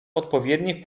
odpowiednich